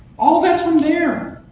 all that's from there.